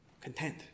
content